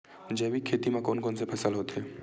जैविक खेती म कोन कोन से फसल होथे?